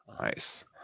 nice